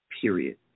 period